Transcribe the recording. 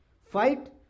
Fight